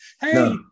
hey